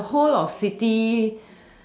but the whole of city